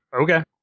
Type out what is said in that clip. okay